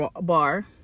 bar